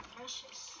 precious